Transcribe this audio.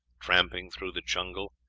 tramping through the jungle,